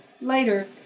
Later